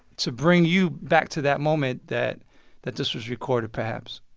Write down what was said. to bring you back to that moment that that this was recorded, perhaps